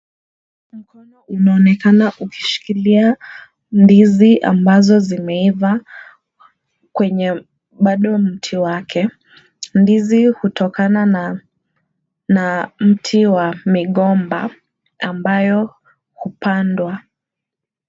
Mkono unaonekana ukishikilia ndizi ambazo zimeiva, kwenye bado mti wake. Ndizi hutokana na mti wa migomba, ambayo hupandwa.